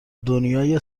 دنیای